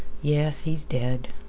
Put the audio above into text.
yes. he's dead.